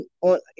on